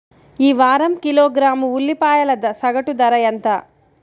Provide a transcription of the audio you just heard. ఈ వారం కిలోగ్రాము ఉల్లిపాయల సగటు ధర ఎంత?